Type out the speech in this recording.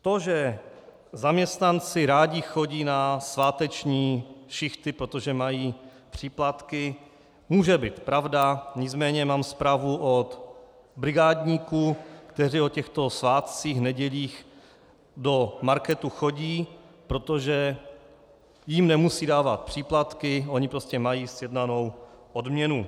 To, že zaměstnanci rádi chodí na sváteční šichty, protože mají příplatky, může být pravda, nicméně mám zprávu od brigádníků, kteří o těchto svátcích, nedělích do marketů chodí, protože jim nemusí dávat příplatky, oni prostě mají sjednanou odměnu.